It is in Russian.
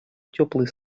теплые